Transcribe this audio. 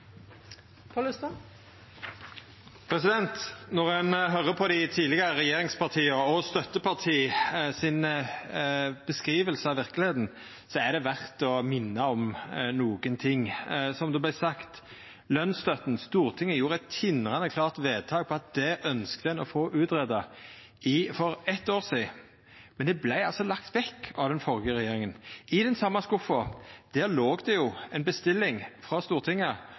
ha vondt. Når ein høyrer dei tidlegare regjeringspartia og støttepartiet deira si beskriving av verkelegheita, er det verdt å minna om nokre ting. Som det vart sagt: Når det gjeld lønsstøtta, gjorde Stortinget eit tindrande klart vedtak for eitt år sidan om at ein ønskte å få det greidd ut, men det vart lagt vekk av den førre regjeringa. I den same skuffen låg det ei bestilling frå Stortinget